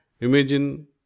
Imagine